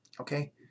okay